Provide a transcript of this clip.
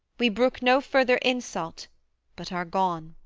we brook no further insult but are gone